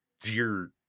dear